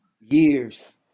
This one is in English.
years